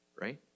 right